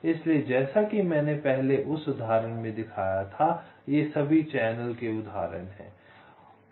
इसलिए जैसा कि मैंने पहले उस उदाहरण में दिखाया था ये सभी चैनल के उदाहरण हैं ये सभी चैनल हैं